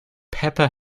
pepper